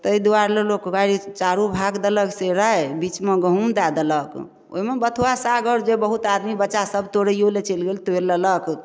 तै दुआरे लोग चारू भाग देलक से राइ बीचमे गहुम दए देलक ओइमे बथुआ साग अर जे बहुत आदमी बच्चा सब तोड़ैयो लअ चलि गेल तोड़ि लेलक